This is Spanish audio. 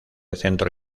centro